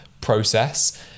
process